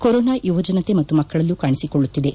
corona ಯುವಜನತೆ ಮತ್ತು ಮಕ್ಕಳಲ್ಲೂ ಕಾಣಿಸಿಕೊಳ್ಳುತ್ತಿದೆ